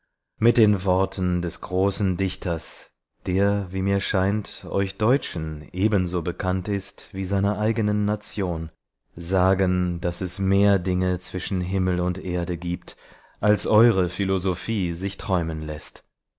mit den worten des großen dichters der wie mir scheint euch deutschen ebenso bekannt ist wie seiner eigenen nation sagen daß es mehr dinge zwischen himmel und erde gibt als eure philosophie sich träumen läßt